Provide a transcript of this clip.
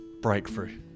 breakthrough